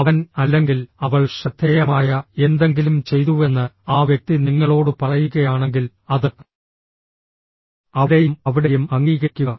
അവൻ അല്ലെങ്കിൽ അവൾ ശ്രദ്ധേയമായ എന്തെങ്കിലും ചെയ്തുവെന്ന് ആ വ്യക്തി നിങ്ങളോട് പറയുകയാണെങ്കിൽ അത് അവിടെയും അവിടെയും അംഗീകരിക്കുക